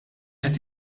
qed